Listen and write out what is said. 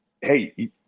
hey